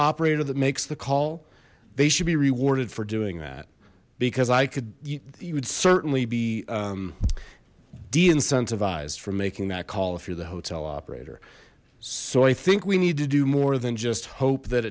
operator that makes the call they should be rewarded for doing that because i could you would certainly be d incentivized for making that call if you're the hotel operator so i think we need to do more than just hope that